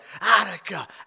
Attica